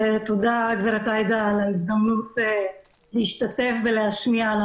ותודה, הגב' עאידה, על ההזדמנות להשתתף ולהשמיע.